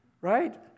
Right